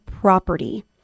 property